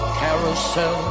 carousel